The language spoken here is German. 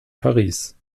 paris